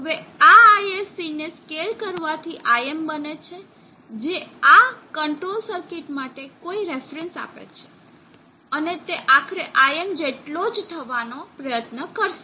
હવે આ ISC ને સ્કેલ કરવાથી Im બને છે જે આ કંટ્રોલ સર્કિટ માટે કોઈ રેફરન્સ આપે છે અને તે આખરે Im જેટલો જ થવાનો પ્રયત્ન કરશે